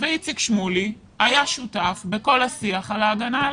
ואיציק שמולי היה שותף בכל השיח על ההגנה על